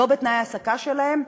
לא בתנאי ההעסקה שלהם.